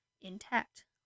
intact